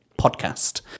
podcast